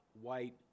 white